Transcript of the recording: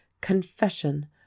Confession